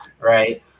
Right